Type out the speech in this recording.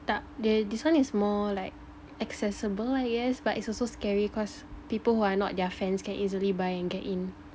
tak dia this one is more like accessible I guess but it's also scary cause people who are not their fans can easily buy and get in